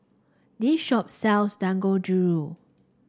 this shop sells Dangojiru